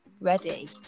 ready